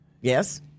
Yes